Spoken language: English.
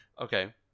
Okay